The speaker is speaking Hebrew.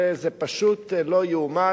זה פשוט לא ייאמן.